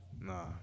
Nah